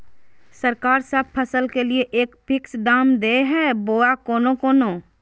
सरकार सब फसल के लिए एक फिक्स दाम दे है बोया कोनो कोनो?